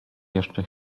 jeszcze